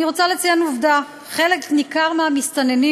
אני רוצה לציין עובדה: חלק ניכר מהמסתננים,